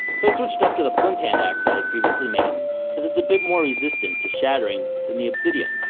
so i switched up to the front and back side previously met as it's a bit more resistant to shattering than the obsidian